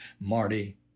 Marty